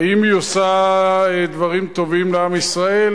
האם היא עושה דברים טובים לעם ישראל?